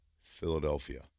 Philadelphia